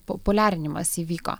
populiarinimas įvyko